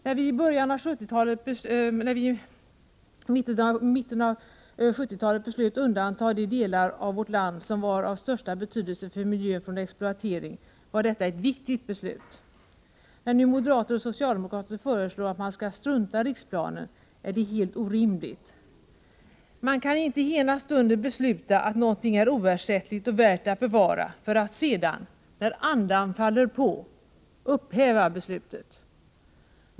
När vi i mitten av 70-talet beslöt undanta de delar av vårt land som var av störst betydelse för miljön från exploatering var detta ett viktigt beslut. Då nu moderater och socialdemokrater föreslår att man skall strunta i riksplanen, är det helt orimligt. Man kan inte ena stunden besluta att något är oersättligt och värt att bevara för att sedan, när andan faller på, upphäva beslutet.